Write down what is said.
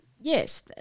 Yes